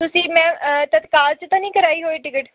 ਤੁਸੀਂ ਮੈਮ ਤਤਕਾਲ 'ਚ ਤਾਂ ਨਹੀਂ ਕਰਵਾਈ ਹੋਈ ਟਿਕਟ